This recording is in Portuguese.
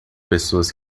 pessoas